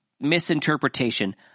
misinterpretation